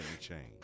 change